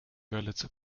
wörlitzer